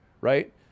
right